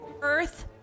Earth